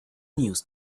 news